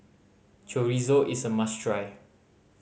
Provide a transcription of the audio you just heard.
chorizo is a must try